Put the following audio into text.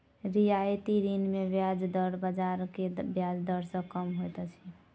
रियायती ऋण मे ब्याज दर बाजार के ब्याज दर सॅ कम होइत अछि